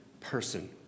person